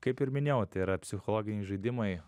kaip ir minėjau tai yra psichologiniai žaidimai